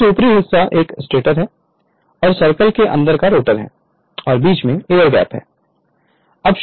यह ऊपरी हिस्सा एक स्टेटर है और सर्कल के अंदर एक रोटर है और बीच में एयर गैप है